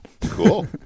Cool